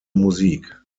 musik